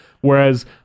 Whereas